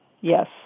Yes